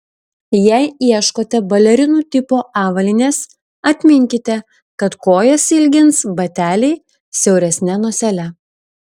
jei ieškote balerinų tipo avalynės atminkite kad kojas ilgins bateliai siauresne nosele